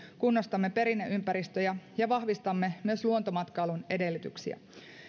kunnostamme perinneympäristöjä ja vahvistamme myös luontomatkailun edellytyksiä